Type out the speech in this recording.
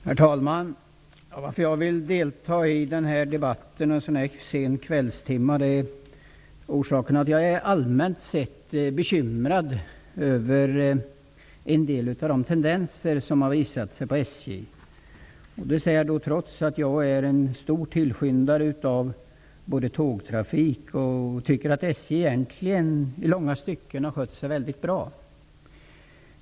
Herr talman! Anledningen till att jag vill delta i den här debatten en sådan här sen kvällstimma är att jag är allmänt bekymrad över en del av de tendenser som har visat sig hos SJ. Det säger jag trots att jag är en stor tillskyndare av tågtrafik och tycker att SJ egentligen i långa stycken har skött sig mycket bra.